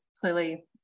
clearly